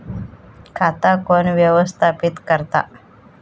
खाता कोण व्यवस्थापित करता?